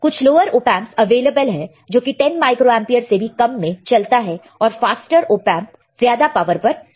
कुछ lower op amps available है जो कि 10 माइक्रो एंपियर से भी कम में चलता है और फास्टर ऑपएंपस ज्यादा पावर पर चलता है